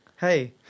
Hey